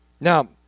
Now